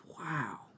Wow